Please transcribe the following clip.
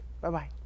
Bye-bye